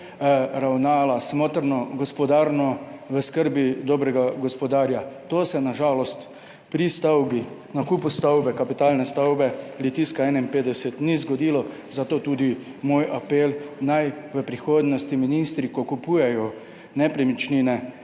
ravnala smotrno, gospodarno, v skrbi dobrega gospodarja. To se na žalost pri nakupu stavbe kapitalne stavbe Litijska 51 ni zgodilo. Zato tudi moj apel, naj v prihodnosti ministri ko kupujejo nepremičnine,